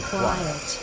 quiet